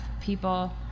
people